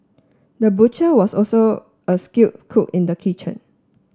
the butcher was also a skilled cook in the kitchen